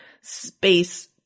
space